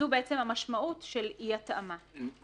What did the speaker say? זו המשמעות של אי-התאמה.